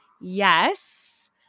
Yes